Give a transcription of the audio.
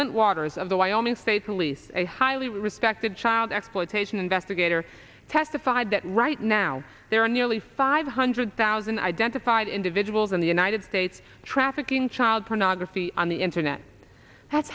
flint waters of the wyoming state police a highly respected child exploitation investigator testified that right now there are nearly five hundred thousand identified individuals in the united states trafficking child pornography on the internet has